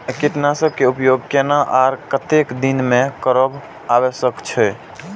कीटनाशक के उपयोग केना आर कतेक दिन में करब आवश्यक छै?